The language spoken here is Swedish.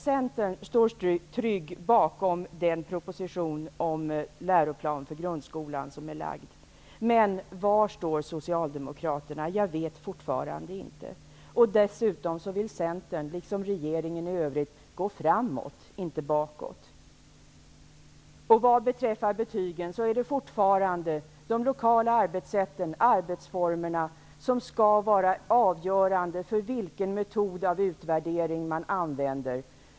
Centern står trygg bakom den proposition om läroplan för grundskolan som lagts fram. Men var står Socialdemokraterna? Jag vet fortfarande inte det. Dessutom vill Centern, liksom regeringen i övrigt, gå framåt, inte bakåt. Vad beträffar betygen, är det fortfarande de lokala arbetsformerna som skall vara avgörande för vilken metod för utvärdering som skall användas.